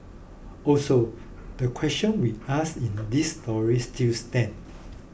also the questions we asked in this story still stand